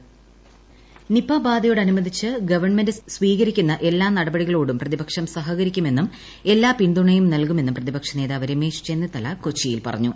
Nipah Nipah ബാധയോടനുബന്ധിച്ച് government സ്വീകരിക്കുന്ന എല്ലാ നടപടികളോടും പ്രതിപക്ഷം സഹകരിക്കുമെന്നും എല്ലാ പിന്തുണയും നൽകുമെന്നും പ്രതിപക്ഷ നേതാവ് രമേശ് ചെന്നിത്തല കൊച്ചിയിൽ പറഞ്ഞു